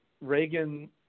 Reagan